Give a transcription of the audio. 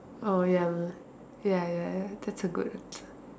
orh ya ya ya ya thats a good answer